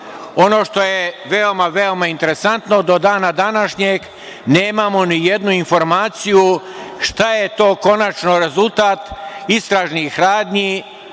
što je veoma, veoma interesantno, do dana današnjeg nemamo ni jednu informaciju šta je to konačno rezultat istražnih radnji,